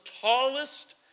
tallest